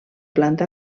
planta